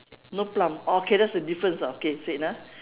no plum oh okay that's the difference ah okay set ah